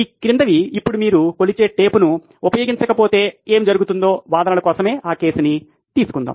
ఈ క్రిందివి ఇప్పుడు మీరు కొలిచే టేప్ను ఉపయోగించకపోతే ఏమి జరుగుతుందో వాదనల కోసమే ఆ కేసును తీసుకుందాం